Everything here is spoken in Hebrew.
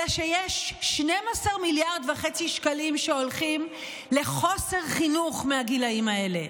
אלא שיש 12.5 מיליארד שקלים שהולכים לחוסר חינוך מהגילים האלה,